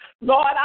Lord